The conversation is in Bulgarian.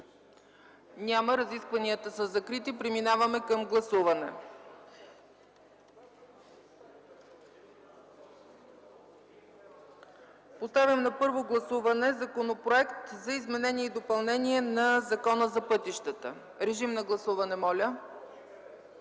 Няма. Разискванията са закрити. Преминаваме към гласуване. Поставям на първо гласуване Законопроекта за изменение и допълнение на Закона за пътищата. Гласували